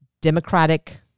Democratic